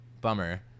bummer